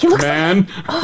man